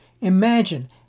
Imagine